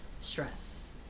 stress